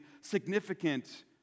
significant